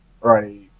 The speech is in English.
Right